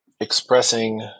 expressing